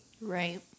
Right